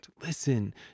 listen